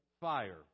fire